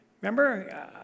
Remember